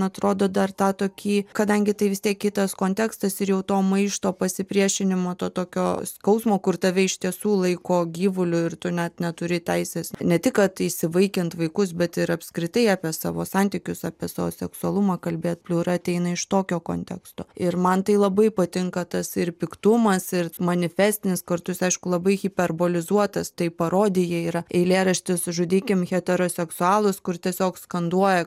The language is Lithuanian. atrodo dar tą tokį kadangi tai vis tiek kitas kontekstas ir jau to maišto pasipriešinimo to tokio skausmo kur tave iš tiesų laiko gyvulių ir tu net neturi teisės ne tik kad įsivaikint vaikus bet ir apskritai apie savo santykius apie savo seksualumą kalbėt pliura ateina iš tokio konteksto ir man tai labai patinka tas ir piktumas ir manifestinis kartu jis aišku labai hiperbolizuotas tai parodija yra eilėraštis žudykim heteroseksualus kur tiesiog skanduoja